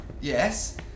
Yes